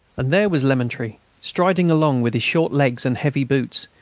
and there was lemaitre, striding along with his short legs and heavy boots,